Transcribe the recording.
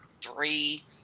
three